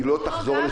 היא לא תחזור לשגרה.